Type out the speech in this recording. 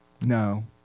No